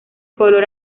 color